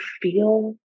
feel